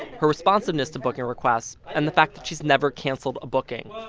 her responsiveness to booking requests and the fact that she's never canceled a booking.